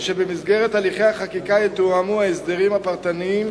ושבמסגרת הליכי החקיקה יתואמו ההסדרים הפרטניים